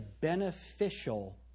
beneficial